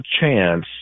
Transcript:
chance